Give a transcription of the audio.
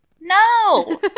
no